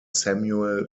samuel